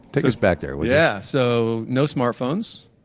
take us back there yeah so no smartphones.